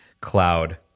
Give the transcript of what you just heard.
Cloud